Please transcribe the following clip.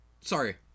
sorry